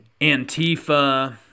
Antifa